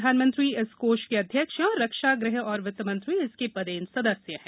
प्रधानमंत्री इस काष के अध्यक्ष हैं और रक्षा गृह और वित्त मंत्री इसके पदेन सदस्य हैं